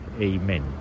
amen